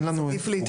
אנחנו